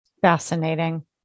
Fascinating